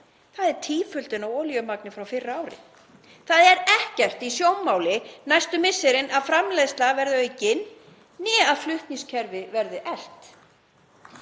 Það er tíföldun á olíumagni frá fyrra ári. Það er ekki í sjónmáli næstu misserin að framleiðsla verði aukin eða að flutningskerfi verði eflt.